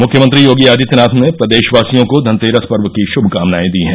मुख्यमंत्री योगी आदित्यनाथ ने प्रदेशवासियों को धनतेरस पर्व की श्भकामनाएं दी हैं